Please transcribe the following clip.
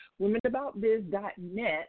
womenaboutbiz.net